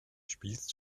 spielst